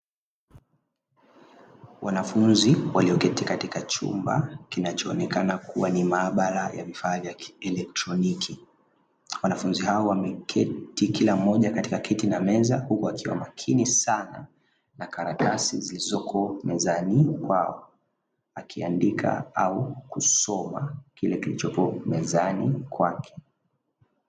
Wanafunzi walioketi katika chumba kinachoonekana kuwa ni maabara ya vifaa vya kielektroniki. Wanafunzi hao wameketi, kila mmoja katika kiti na meza huku akiwa makini sana na karatasi zilizoko mezani kwao, akiandika au kusoma kile kilichopo mezani kwake.